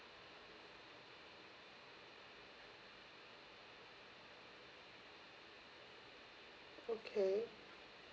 okay